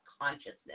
consciousness